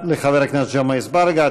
תודה לחבר הכנסת ג'מעה אזברגה.